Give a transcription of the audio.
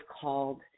called –